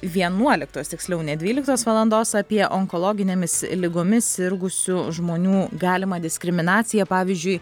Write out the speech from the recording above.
vienuoliktos tiksliau ne dvyliktos valandos apie onkologinėmis ligomis sirgusių žmonių galimą diskriminaciją pavyzdžiui